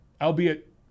albeit